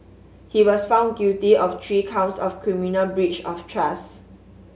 he was found guilty of three counts of criminal breach of trust